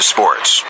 Sports